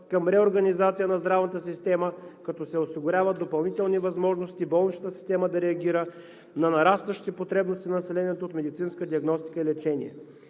към реорганизация на здравната система, като се осигуряват допълнителни възможности болничната система да реагира на нарастващите потребности на населението от медицинска диагностика и лечение.